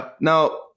Now